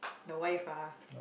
the wife ah